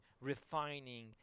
refining